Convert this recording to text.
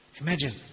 Imagine